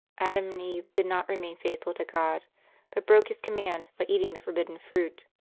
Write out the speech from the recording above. adam and eve did not remain faithful to god but broke his command by eating the forbidden fruit.